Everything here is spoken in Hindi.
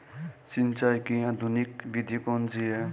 सिंचाई की आधुनिक विधि कौन सी है?